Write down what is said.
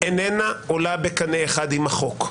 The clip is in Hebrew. שאיננה עולה בקנה אחד עם החוק.